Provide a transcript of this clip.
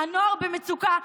הנוער במצוקה,